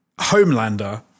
Homelander